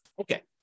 okay